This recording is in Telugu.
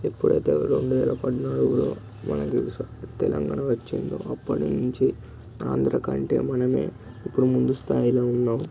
ఎప్పుడైతే రెండువేల పద్నాలుగులో మనకి తెలంగాణ వచ్చిందో అప్పడు నుంచి ఆంధ్రాకంటే మనమే ఇప్పుడు ముందు స్థాయిలో ఉన్నాం